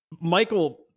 Michael